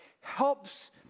helps